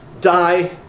die